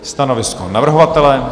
Stanovisko navrhovatele?